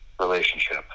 relationship